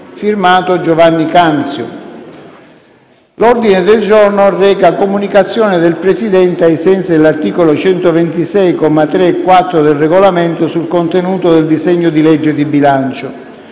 una nuova finestra"). L'ordine del giorno reca: «Comunicazioni del Presidente, ai sensi dell'articolo 126, commi 3 e 4, del Regolamento, sul contenuto del disegno di legge di bilancio».